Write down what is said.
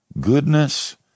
Goodness